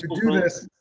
do this.